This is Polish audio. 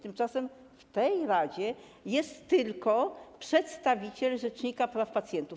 Tymczasem w tej radzie jest tylko przedstawiciel rzecznika praw pacjentów.